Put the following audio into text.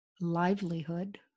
livelihood